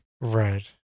Right